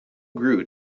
grew